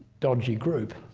dodgy group.